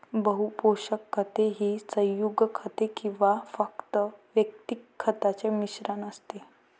बहु पोषक खते ही संयुग खते किंवा फक्त वैयक्तिक खतांचे मिश्रण असते